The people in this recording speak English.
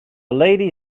lady